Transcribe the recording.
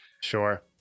Sure